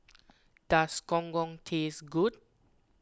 does Gong Gong taste good